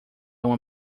uma